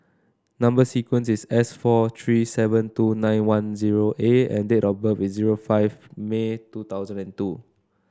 number sequence is S four three seven two nine one zero A and date of birth is zero five May two thousand and two